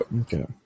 Okay